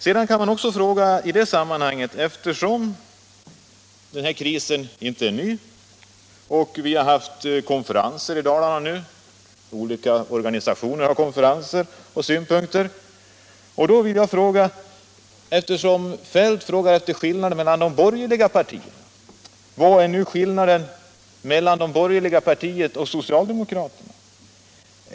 Den här krisen är inte ny, och olika organisationer har haft konferenser i Dalarna där det framförts synpunkter. Eftersom herr Feldt frågar efter skillnaden mellan de borgerliga partierna vill jag i sammanhanget fråga: Vilken är skillnaden mellan de borgerliga partierna och socialdemokraterna i den här frågan?